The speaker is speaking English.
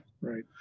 Right